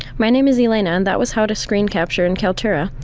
my name is elaina and that was how to screen capture in kaltura.